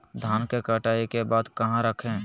धान के कटाई के बाद कहा रखें?